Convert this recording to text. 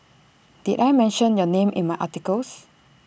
did I mention your name in my articles